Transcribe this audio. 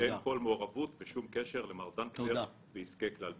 אין כל מעורבות ושום קשר למר דנקנר בעסקי כלל ביטוח.